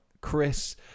Chris